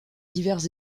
divers